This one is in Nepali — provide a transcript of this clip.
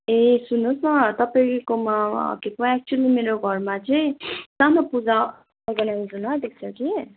ए सुन्नुहोस् न तपाईँकोमा के पो एक्चुली मेरो घरमा चाहिँ सानो पुजा अर्गनाइज हुन आँटेको छ कि